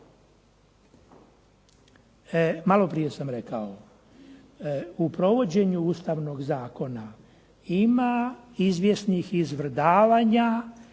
Malo prije sam rekao u provođenju Ustavnog zakona ima izvjesnih izvrdavanja